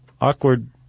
awkward